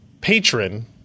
patron –